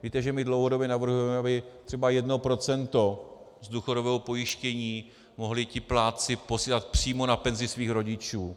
Víte, že my dlouhodobě navrhujeme, aby třeba 1 % z důchodového pojištění mohli plátci posílat přímo na penzi svých rodičů.